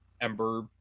ember